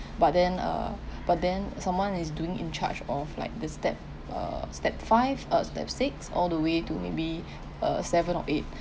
but then uh but then someone is doing in charge of like the step err step five uh step six all the way to maybe uh seven or eight